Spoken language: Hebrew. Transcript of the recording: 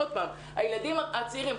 עוד פעם הילדים הצעירים,